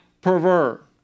pervert